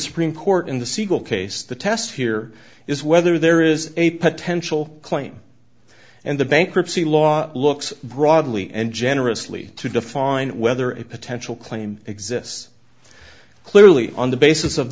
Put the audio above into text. supreme court in the sequel case the test here is whether there is a potential claim and the bankruptcy law looks broadly and generously to define whether a potential claim exists clearly on the basis of